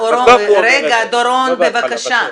דורון, בבקשה.